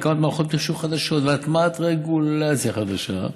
הקמת מערכות מחשוב חדשות והטמעת רגולציה חדשה,